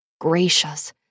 gracious